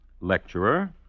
Lecturer